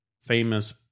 famous